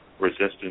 resistance